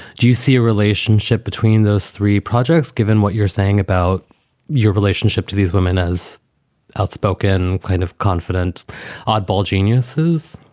do you see a relationship between those three projects, given what you're saying about your relationship to these women as outspoken kind of confident oddball geniuses?